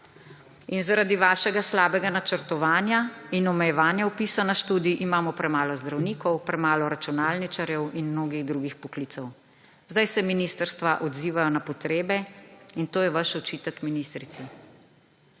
In zaradi vašega slabega načrtovanja in omejevanja vpisa na študij imamo premalo zdravnikov, premalo računalničarjev in mnogih drugih poklicev. Zdaj se ministrstva odzivajo na potrebe in to je vaš očitek ministrici.